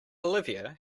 olivia